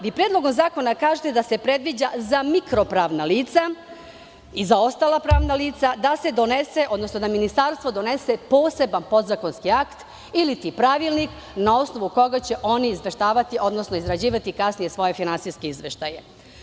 Vi Predlogom zakona kažete da se predviđa za mikro pravna lica i za ostala pravna lica da se donese, odnosno da Ministarstvo donese, poseban podzakonski akt, iliti pravilnik, na osnovu koga će oni izveštavati, odnosno izrađivati kasnije svoje finansijske izveštaje.